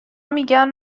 میگن